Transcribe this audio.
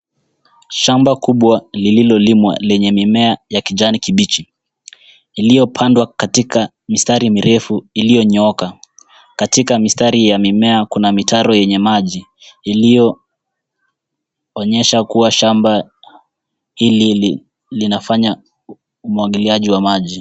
Shamba kubwa lililolimwa lenye mimea ya kijani kibichi, iliyopandwa katika mistari mirefu iliyonyooka. Katika mistari ya mimea kuna mitaro yenye maji, iliyoonyesha kuwa shamba hili linafanya umwagiliaji wa maji.